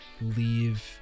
leave